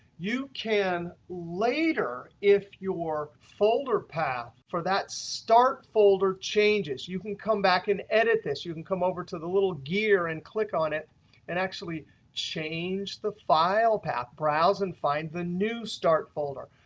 you can later if your folder path for that start folder changes you can come back and edit this. you can come over to the little gear and click on it and actually change the file path, browse and find the new start folder.